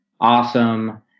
awesome